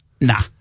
Nah